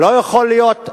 לא יכול להיות.